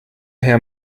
herr